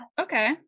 Okay